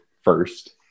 first